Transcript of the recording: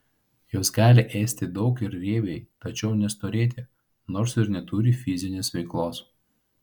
jos gali ėsti daug ir riebiai tačiau nestorėti nors ir neturi fizinės veiklos